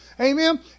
Amen